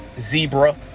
zebra